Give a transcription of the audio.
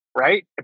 right